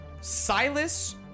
Silas